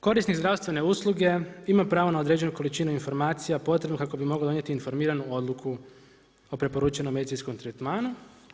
Korisnik zdravstvene usluge ima pravo na određenu količinu informacija potrebnu kako bi mogao donijeti informiranu odluku o preporučenom medicinskom tretmanu.